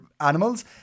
animals